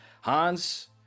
Hans